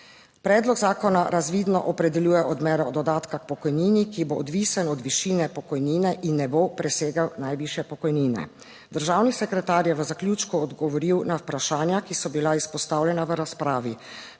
Predlog zakona razvidno opredeljuje odmero dodatka k pokojnini, ki bo odvisen od višine pokojnine in ne bo presegel najvišje pokojnine. Državni sekretar je v zaključku odgovoril na vprašanja, ki so bila izpostavljena v razpravi.